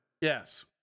Yes